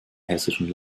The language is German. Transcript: hessischen